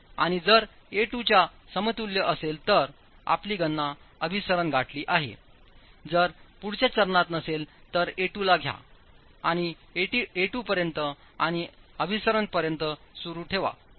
आणि जर a2 च्या समतुल्य असेल तर आपली गणना अभिसरण गाठली आहे जर पुढच्या चरणात नसेल तर a2 ला घ्या आणि a2 पर्यंत आणि अभिसरण पर्यंत सुरू ठेवा